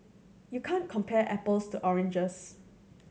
you can't compare apples to oranges